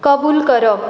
कबूल करप